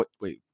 wait